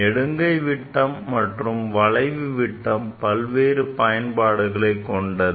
நெடுங்கை விட்டம் மற்றும் வளைவு விட்டம் பல்வேறு பயன்பாடுகள் கொண்டது